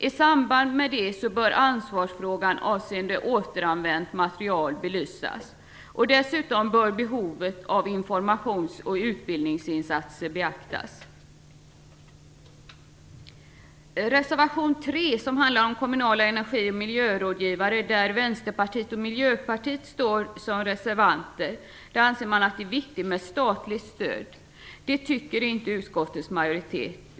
I samband med det bör ansvarsfrågan avseende återanvänt material belysas. Dessutom bör behovet av informations och utbildningsinsatser beaktas. Miljöpartiet står som reservanter, anser man att det är viktigt med statligt stöd. Det tycker inte utskottets majoritet.